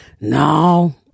No